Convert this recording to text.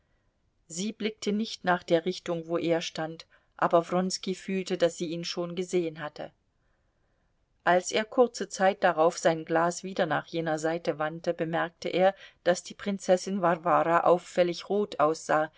sie blickte nicht nach der richtung wo er stand aber wronski fühlte daß sie ihn schon gesehen hatte als er kurze zeit darauf sein glas wieder nach jener seite wandte bemerkte er daß die prinzessin warwara auffällig rot aussah